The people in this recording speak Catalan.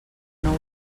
nou